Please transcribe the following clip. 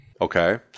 Okay